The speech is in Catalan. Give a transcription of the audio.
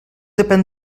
depèn